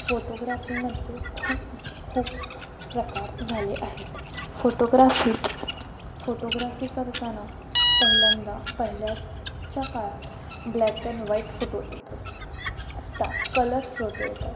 फोटोग्राफीमध्ये खूप खूप प्रकार झाले आहेत फोटोग्राफीत फोटोग्राफी करताना पहिल्यांदा पहिल्या च्या काळात ब्लॅक अँड व्हाईट फोटो येत होती आत्ता कलर फ्रोटो येतात